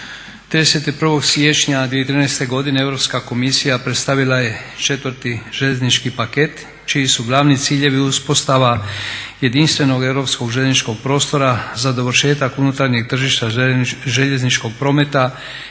31. siječnja 2013. godine Europska komisija predstavila je 4. željeznički paket čiji su glavni ciljevi uspostava jedinstvenog europskog željezničkog prostora za dovršetak unutarnjeg tržišta željezničkog prometa